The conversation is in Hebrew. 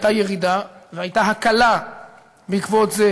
הייתה ירידה והייתה הקלה בעקבות זה